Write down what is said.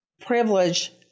privilege